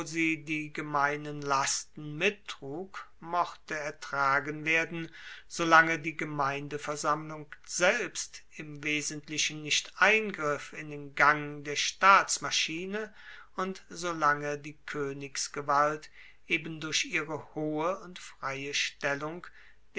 die gemeinen lasten mittrug mochte ertragen werden solange die gemeindeversammlung selbst im wesentlichen nicht eingriff in den gang der staatsmaschine und solange die koenigsgewalt eben durch ihre hohe und freie stellung